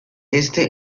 este